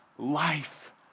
life